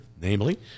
namely